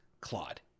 Claude